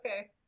Okay